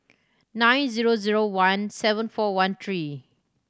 nine zero zero one seven four one three